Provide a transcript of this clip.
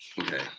Okay